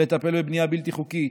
לטפל בבנייה הבלתי-חוקית,